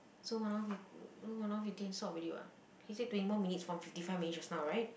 so one hour fif~ one hour fifteen can stop already [what] he said twenty more minutes from fifty five minute just now right